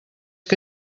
que